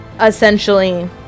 essentially